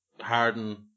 Harden